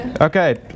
Okay